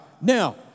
Now